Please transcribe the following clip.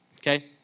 Okay